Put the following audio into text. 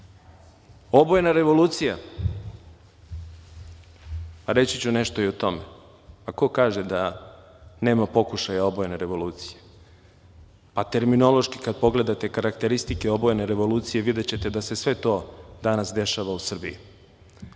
to. Obojena revolucija, reći ću nešto i o tome. Ko kaže da nema pokušaja obojene revolucije? Terminološki kad pogledate karakteristike obojene revolucije videćete da se sve to danas dešava u Srbiji. Imamo